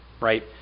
right